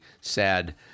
sad